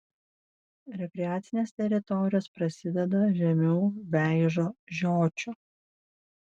rekreacinės teritorijos prasideda žemiau veižo žiočių